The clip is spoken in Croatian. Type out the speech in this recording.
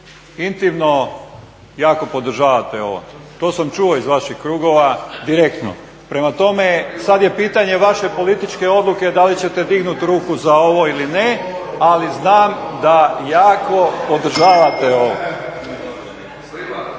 intimno jako podržavate ovo. To sam čuo iz vaših krugova direktno. Prema tome, sad je pitanje vaše političke odluke da li ćete dignuti ruku za ovo ili ne. Ali znam da jako podržavate ovo. **Stazić,